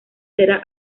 será